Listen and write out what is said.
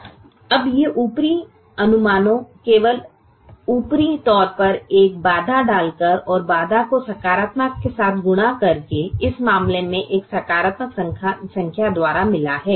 हमें ये ऊपरी अनुमानों केवल ऊपरी तौर पर एक बाधा डालकर और बाधा को सकारात्मक के साथ गुणा करके इस मामले में एक सकारात्मक संख्या द्वारा मिला है